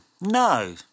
no